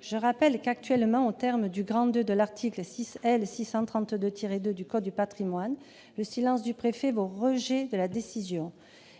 je le rappelle, aux termes du II de l'article L. 632-2 du code du patrimoine, le silence du préfet vaut rejet de la décision